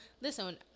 listen